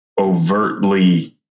overtly